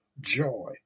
joy